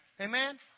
Amen